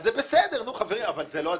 אז זה בסדר, חברים, אבל זה לא הדיון.